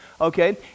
Okay